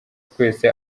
twese